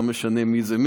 לא משנה מי זה,